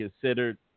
considered